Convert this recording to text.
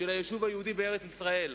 היישוב היהודי בארץ-ישראל.